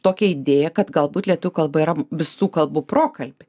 tokia idėja kad galbūt lietuvių kalba yra visų kalbų prokalbė